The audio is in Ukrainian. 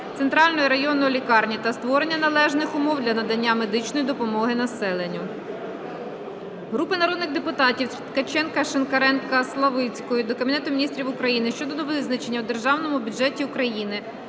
центральної районної лікарні та створення належних умов для надання медичної допомоги населенню. Групи народних депутатів (Ткаченка, Шинкаренка, Славицької) до Кабінету Міністрів України щодо визначення у Державному бюджеті України